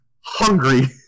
hungry